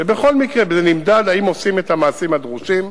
ובכל מקרה זה נמדד, אם עושים את המעשים הדרושים,